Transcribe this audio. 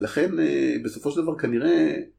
לכ בסופו של דבר כנראה...